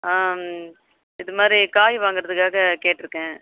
இதுமாதிரி காய் வாங்கறதுக்காக கேட்டுருக்கேன்